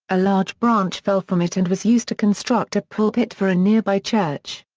a large branch fell from it and was used to construct a pulpit for a nearby church.